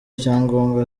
icyangombwa